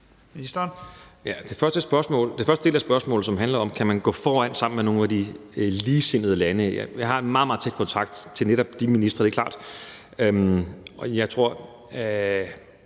del af spørgsmålet, som handler om, om man kan gå foran sammen med nogle af de ligesindede lande, vil jeg sige, at jeg har en meget, meget tæt kontakt til netop de ministre – det er klart. Og jeg tror,